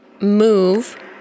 move